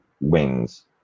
wings